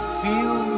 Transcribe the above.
feel